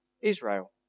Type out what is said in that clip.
Israel